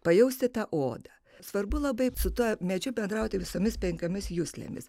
pajausti tą orą svarbu labai su tuo medžiu bendrauti visomis penkiomis juslėmis